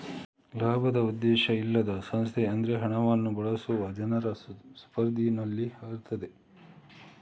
ಲಾಭದ ಉದ್ದೇಶ ಇಲ್ಲದ ಸಂಸ್ಥೆ ಅದ್ರ ಹಣವನ್ನ ಬಳಸುವ ಜನರ ಸುಪರ್ದಿನಲ್ಲಿ ಇರ್ತದೆ